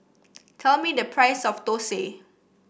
tell me the price of Dosa